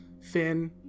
Finn